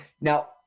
Now